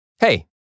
Hey